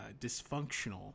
dysfunctional